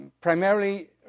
Primarily